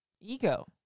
ego